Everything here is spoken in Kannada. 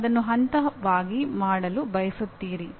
ನೀವು ಅದನ್ನು ಹಂತವಾಗಿ ಮಾಡಲು ಬಯಸುತ್ತೀರಿ